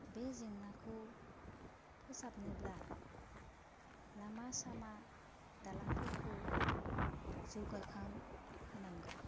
बे जेंनाखौ फोसाबनोब्ला लामा सामा दालांफोरखौ जौगाखां होनांगौ